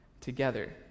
together